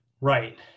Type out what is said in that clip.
Right